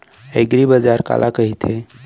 एगरीबाजार काला कहिथे?